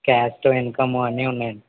caste income అన్నీ ఉన్నాయండి